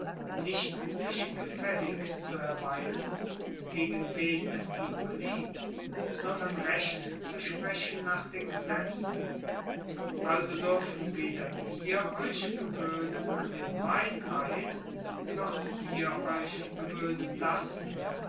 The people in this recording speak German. nicht sich gefällig zu erweisen gegen wen es ihm beliebt sondern recht zu sprechen nach den gesetzen also dürfen weder wir euch gewöhnen an den meineid noch ihr euch gewöhnen lassen